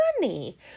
money